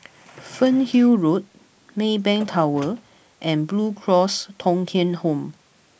Fernhill Road Maybank Tower and Blue Cross Thong Kheng Home